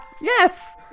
Yes